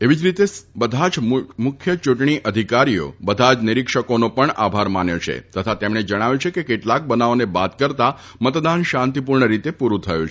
એવી જ રીતે બધા જ મુખ્ય ચૂંટણી અધિકારીઓ બધા જ નિરીક્ષકોનો પણ આભાર માન્યો છે તથા તેમણે જણાવ્યું કે કેટલાક બનાવોને બાદ કરતા મતદાન શાંતિપૂર્ણ રીતે પુરૂ થયું છે